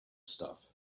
stuff